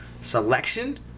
selection